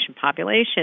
population